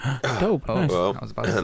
dope